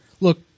look